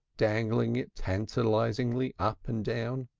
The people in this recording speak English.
dangling it tantalizingly up and down.